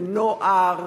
נוער